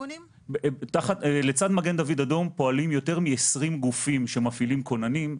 לצד מגן דוד אדום פועלים יותר מ-20 גופים שמפעילים כוננים.